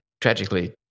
tragically